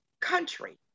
country